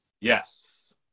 Yes